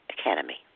Academy